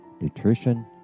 nutrition